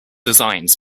designs